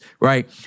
right